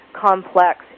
complex